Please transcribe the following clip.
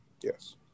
yes